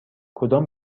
کدام